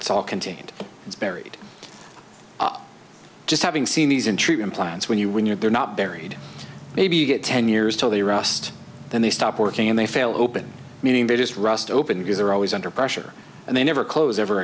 it's all contained it's buried just having seen these in treatment plants when you when you're not buried maybe you get ten years till they rust then they stop working and they fail open meaning they just rust open because they're always under pressure and they never close ever